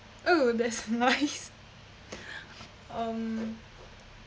oh that's nice um